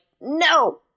no